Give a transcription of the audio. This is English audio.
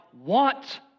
want